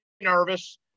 nervous